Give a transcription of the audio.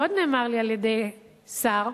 ועוד נאמר על-ידי שר,